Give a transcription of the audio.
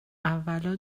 اولا